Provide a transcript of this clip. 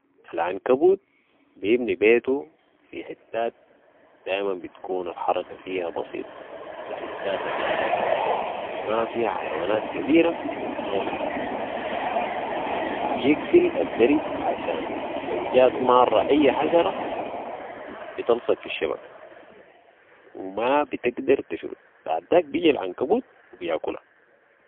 العنكبوت بيبني بيتو في حتات دائماً بتكون الحركة فيها بسيطة و الحتات الهادية ما فيها حيوانات كبيرة أو ناس. بيقفل الدرب عشان لو جات مارة اي حشرة بتلصق في الشبكة و ما بتقدر تشرد بعداك بيجي العنكبوت و بياكلها